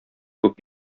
күп